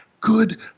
good